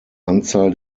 anzahl